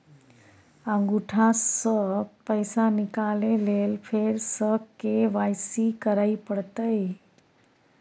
अंगूठा स पैसा निकाले लेल फेर स के.वाई.सी करै परतै?